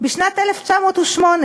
בשנת 1908,